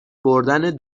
بردن